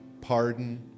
pardon